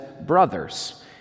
brothers